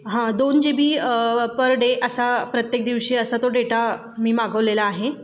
हां दोन G B per day असा प्रत्येक दिवशी असा तो डेटा मी मागवलेला आहे